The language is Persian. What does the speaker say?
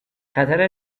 خطر